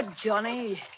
Johnny